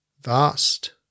Vast